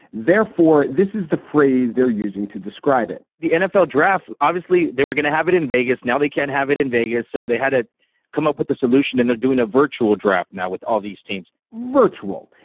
therefore, this is the phrase they're using to describe it. the nfl draft, obviously, they were going to have it in vegas. now they can have it in vegas. so they had it come up with the solution. and they're doing a virtual draft now with all these teams. virtual.